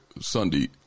Sunday